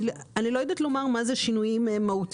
אני לא יודעת לומר מה זה שינויים מהותיים.